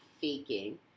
faking